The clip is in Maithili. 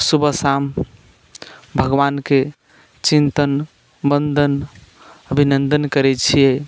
सुबह शाम भगवानके चिन्तन वन्दन अभिनन्दन करैत छियै